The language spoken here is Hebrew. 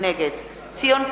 נגד ציון פיניאן,